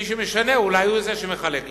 מי שמשנה אולי הוא זה שמחלק.